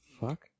Fuck